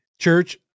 church